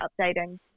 updating